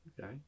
Okay